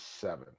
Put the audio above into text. seven